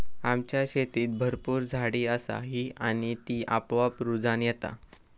आमच्या शेतीत भरपूर झाडी असा ही आणि ती आपोआप रुजान येता